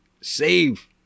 save